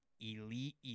elite